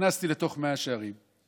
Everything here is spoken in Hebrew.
נכנסתי לתוך מאה שערים.